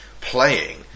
playing